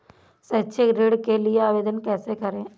शैक्षिक ऋण के लिए आवेदन कैसे करें?